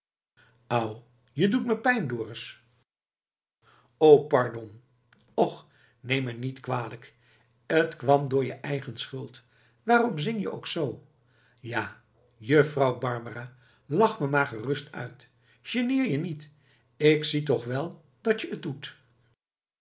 au je doet me pijn dorus o pardon och neem me niet kwalijk t kwam door je eigen schuld waarom zing je ook z ja juffrouw barbara lach me maar gerust uit geneer je niet ik zie toch wel dat je t doet